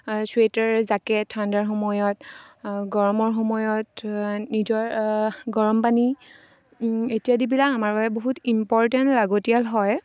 sweater jacket ঠাণ্ডাৰ সময়ত গৰমৰ সময়ত নিজৰ গৰম পানী ইত্যাদিবিলাক আমাৰ বাবে বহুত ইম্পৰ্টেণ্ট লাগতিয়াল হয়